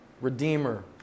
Redeemer